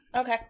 okay